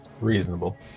Reasonable